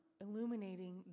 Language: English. illuminating